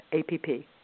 A-P-P